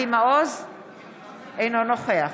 אינו נוכח